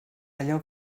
allò